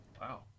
Wow